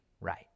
right